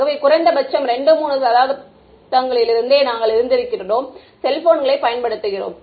ஆகவே குறைந்தபட்சம் 2 3 தசாப்தங்களிலிருந்தே நாங்கள் இருந்திருக்கிறோம் செல்போன்களைப் பயன்படுத்துகின்றோம்